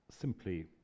simply